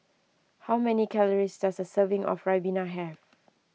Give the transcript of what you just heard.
how many calories does a serving of Ribena have